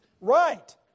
right